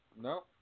No